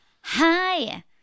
hi